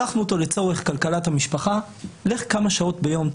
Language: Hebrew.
שלחנו אותו לצורך כלכלת המשפחה לך כמה שעות ביום,